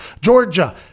Georgia